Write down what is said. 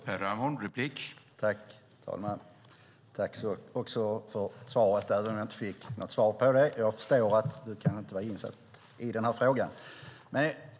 Herr talman! Tack för svaret, även om det inte var något svar på min fråga! Jag förstår att du kanske inte är insatt i den här frågan.